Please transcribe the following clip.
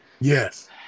Yes